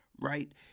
right